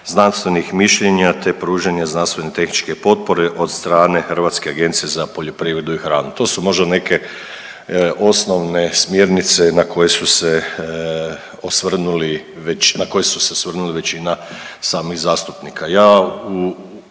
znanstvenih mišljenja te pružanja znanstvene tehničke potpore od strane Hrvatske agencije za poljoprivredu i hranu. To su možda neke osnovne smjernice na koje su se osvrnuli, na koje su